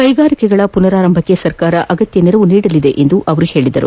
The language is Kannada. ಕೈಗಾರಿಕೆಗಳ ಪುನರಾರಂಭಕ್ಕೆ ಸರ್ಕಾರ ಅಗತ್ಯ ನೆರವು ನೀಡಲಿದೆ ಎಂದು ಹೇಳಿದರು